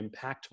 impactful